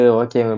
okay